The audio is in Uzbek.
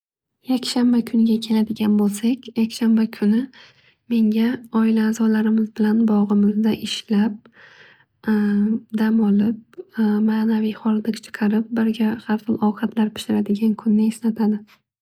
Yakshanba kuniga keladigan bo'lsak. Menga oila azolarimiz bilanbog'imizda ishlab dam olib manaviy hordiq chiqarib birga har xil ovqatlar pishiradigan kunni eslatadi.